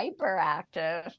hyperactive